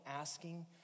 asking